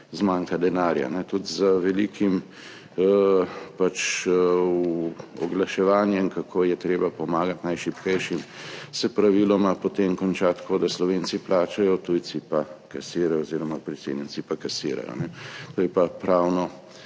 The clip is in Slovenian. zmanjka denarja. Tudi z velikim oglaševanjem, kako je treba pomagati najšibkejšim, se praviloma potem konča tako, da Slovenci plačajo, tujci pa kasirajo oziroma priseljenci pa kasirajo,